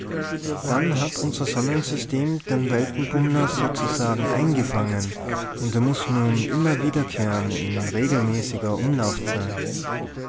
dann hat unser sonnensystem den weltenbummler sozusagen eingefangen und er muß nun immer wiederkehren in regelmäßiger